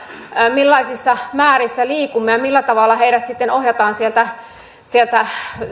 millaisissa määrissä liikumme ja ja millä tavalla heidät sitten ohjataan sieltä sieltä